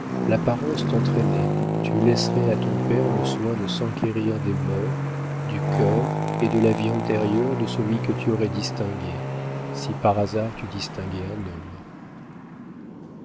l'apparence t'entraînait tu laisserais à ton père le soin de s'enquérir des mœurs du cœur et de la vie antérieure de celui que tu aurais distingué si par hasard tu distinguais un homme